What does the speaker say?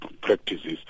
practices